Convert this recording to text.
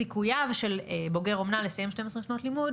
סיכוייו של בוגר אומנה לסיים 12 שנות לימוד